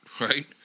right